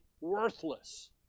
worthless